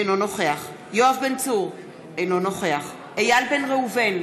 אינו נוכח יואב בן צור, אינו נוכח איל בן ראובן,